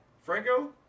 Franco